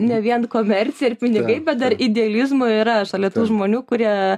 ne vien komercija ir pinigai bet dar idealizmo yra šalia tų žmonių kurie